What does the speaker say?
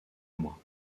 moi